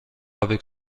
avec